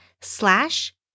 slash